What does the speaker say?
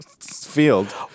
field